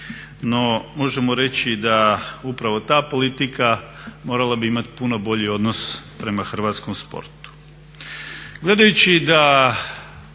No možemo reći da upravo ta politika morala bi imati puno bolji odnos prema hrvatskom sportu.